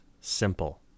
simple